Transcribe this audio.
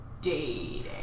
dating